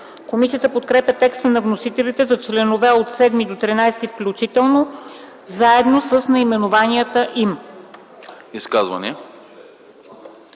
Комисията подкрепя текста на вносителя за членове от 7 до 13 включително, заедно с наименованията им.